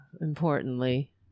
importantly